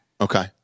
Okay